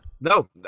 No